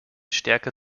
stärker